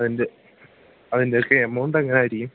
അതിൻ്റെ അതിൻ്റെയൊക്കെ എമൗണ്ടങ്ങനെയായിരിക്കും